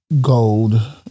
gold